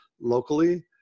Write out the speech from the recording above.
locally